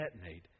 detonate